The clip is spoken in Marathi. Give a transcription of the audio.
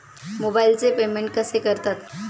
मोबाइलचे पेमेंट कसे करतात?